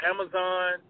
Amazon